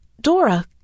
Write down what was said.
Dora